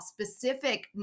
specific